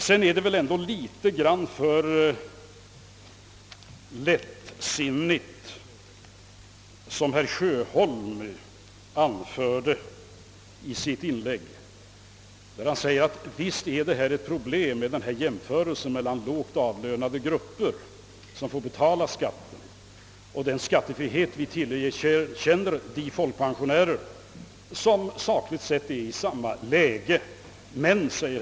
Sedan var det väl också litet lättsinnigt av herr Sjöholm att säga, att visst är jämförelserna mellan lågavlönade grupper som får betala skatt och den skattefrihet som vi tillerkänner folkpensionärer, som sakligt sett är i samma läge, ett problem.